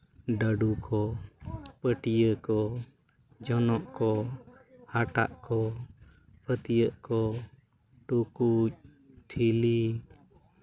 ᱰᱟᱹᱰᱩ ᱠᱚ ᱯᱟᱹᱴᱭᱟᱹ ᱠᱚ ᱡᱚᱱᱚᱜ ᱠᱚ ᱦᱟᱴᱟᱜ ᱠᱚ ᱯᱷᱟᱹᱛᱭᱟᱹᱜ ᱠᱚ ᱴᱩᱠᱩᱪ ᱴᱷᱤᱞᱤ